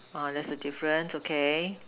oh that's the difference okay